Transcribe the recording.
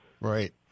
Right